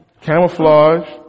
Camouflage